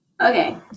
Okay